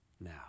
now